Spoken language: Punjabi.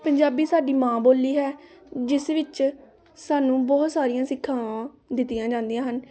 ਪੰਜਾਬੀ ਸਾਡੀ ਮਾਂ ਬੋਲੀ ਹੈ ਜਿਸ ਵਿੱਚ ਸਾਨੂੰ ਬਹੁਤ ਸਾਰੀਆਂ ਸਿੱਖਿਆਵਾਂ ਦਿੱਤੀਆਂ ਜਾਂਦੀਆਂ ਹਨ